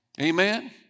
Amen